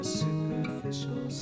superficial